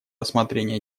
рассмотрения